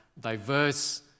diverse